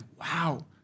wow